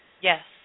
Yes